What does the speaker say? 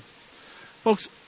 Folks